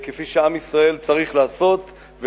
כפי שעם ישראל צריך לעשות,